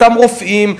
אותם רופאים,